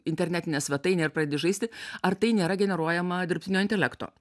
internetinę svetainę ir pradedi žaisti ar tai nėra generuojama dirbtinio intelekto